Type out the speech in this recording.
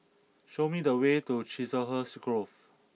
show me the way to Chiselhurst Grove